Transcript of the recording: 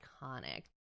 iconic